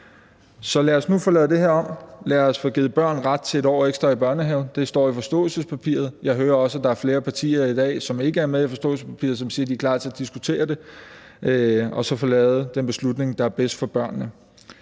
Så lad os nu få lavet det om. Lad os få givet børn ret til 1 år ekstra i børnehaven. Det står i forståelsespapiret. Jeg hører også, at der er flere partier i dag, som ikke er med i forståelsespapiret, som siger, at de er klar til at diskutere det. Og lad os så få taget den beslutning, der er bedst for børnene.